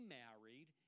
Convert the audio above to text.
married